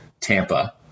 Tampa